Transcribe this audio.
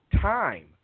Time